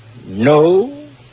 no